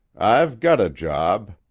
i've got a job.